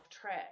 track